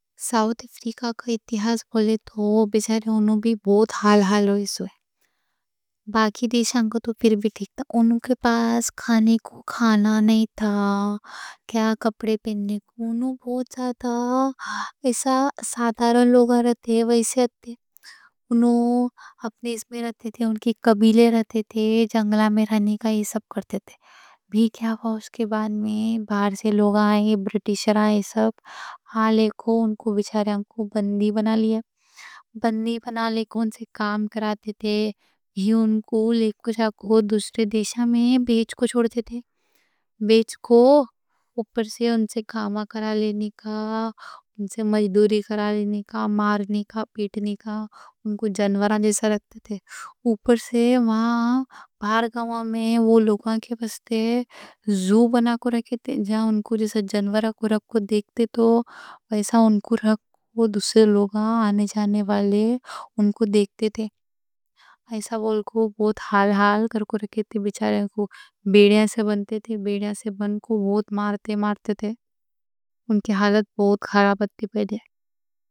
ساؤتھ افریقہ کی تاریخ بولے تو بیچارے انوں بھی بہت حال حال ہوئے، سوئے باقی دیشان کو تو پھر بھی ٹھیک تھا。انوں کے پاس کھانے کو کھانا نہیں تھا، کیا کپڑے پہننے کوں。انوں بہت زیادہ سادھا لوگاں رہتے، ویسے ہوتے، انوں اپنے میں رہتے تھے。ان کے قبیلے رہتے تھے، جنگلا میں رہنے کا یہ سب کرتے تھے。بھی کیا ہوا، اس کے بعد میں باہر سے لوگ آئے، برٹیشر آئے。سب ہالے کوں ان بچاریاں کوں بندی بنا لیا، بندی بنا لے کو ان سے کام کراتے تھے。انوں لے جا کو دوسرے دیشان میں بیچ کو چھوڑتے تھے، بیچ کو اوپر سے ان سے کامہ کرا لینے کا، ان سے مزدوری کرا لینے کا، مارنے کا، پیٹنے کا。ان کوں جانوراں جیسا رکھتے تھے。اوپر سے وہاں باہر گاؤں میں وہ لوگاں کے بستے زو بنا کو رکھے تھے، جہاں ان کوں جیسا جانوراں کو رکھو، دیکھتے تھے تو ویسا ان کوں رکھو。دوسرے لوگاں آنے جانے والے ان کوں دیکھتے تھے。ایسا وہاں ان کوں بہت حال حال کر کو رکھے تھے。بچارے کوں بیڑیاں سے باندھتے تھے، بیڑیاں سے باندھ کو بہت مارتے مارتے تھے。ان کی حالت بہت خراب تھی۔